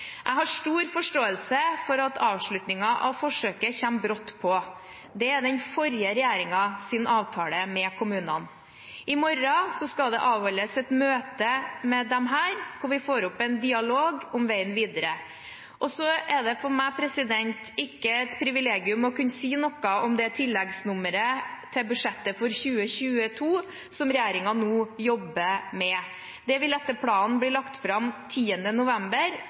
Jeg har stor forståelse for at avslutningen av forsøket kommer brått på. Det er den forrige regjeringens avtale med kommunene. I morgen skal det avholdes et møte med disse, hvor vi får opp en dialog om veien videre. Så er det for meg ikke et privilegium å kunne si noe om det tilleggsnummeret til budsjettet for 2022 som regjeringen nå jobber med. Det vil etter planen bli lagt fram 10. november.